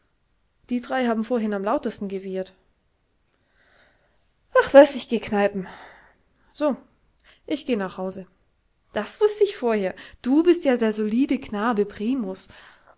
die drei haben vorhin am lautesten gewiehert ach was ich geh kneipen so ich geh nach hause das wußt ich vorher du bist ja der solide knabe primus